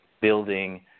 building